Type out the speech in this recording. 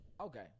Okay